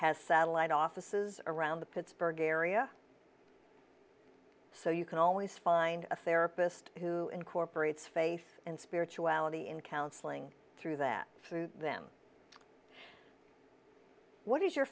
has satellite offices around the pittsburgh area so you can always find a therapist who incorporates faith and spirituality in counseling through that through them what is your